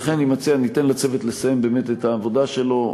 לכן אני מציע שניתן לצוות לסיים באמת את העבודה שלו.